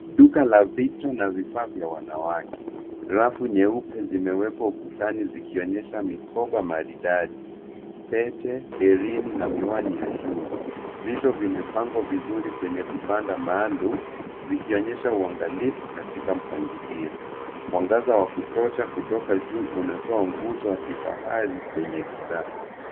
Duka la vitu na vifaa vya wanawake. Rafu nyeupe zimewekwa ukutani zikionyesha mikoba maridadi, pete, herini, na miwani ya jua. Vito vimepangwa vizuri kwenye vibanda maalumu, vikionyesha uangalifu katika mpangilio. Mwangaza wa kutosha kutoka juu unatoa mvuti wa kifahari kwenye bidhaa.